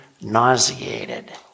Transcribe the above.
nauseated